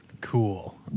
Cool